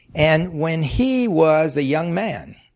and when he was a young man,